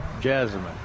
jasmine